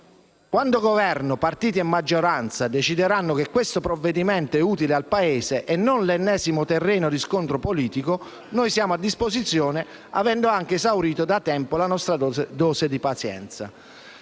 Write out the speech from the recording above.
«Quando Governo, partiti e maggioranza decideranno che questo provvedimento è utile al Paese e non l'ennesimo terreno di scontro politico, noi siamo a disposizione, avendo anche esaurito da tempo la nostra dose di pazienza».